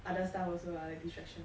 other stuff also ah distraction